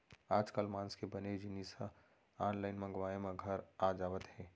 आजकाल मांस के बने जिनिस ह आनलाइन मंगवाए म घर आ जावत हे